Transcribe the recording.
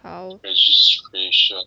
好